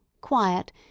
quiet